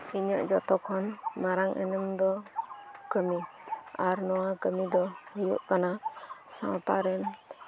ᱤᱧᱟᱹᱜ ᱡᱚᱛᱚᱠᱷᱚᱱ ᱢᱟᱨᱟᱝ ᱮᱱᱮᱢ ᱫᱚ ᱠᱟᱹᱢᱤ ᱟᱨ ᱱᱚᱣᱟ ᱠᱟᱹᱢᱤᱫᱚ ᱦᱩᱭᱩᱜ ᱠᱟᱱᱟ ᱥᱟᱶᱛᱟᱨᱮᱱ